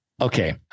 okay